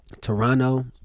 Toronto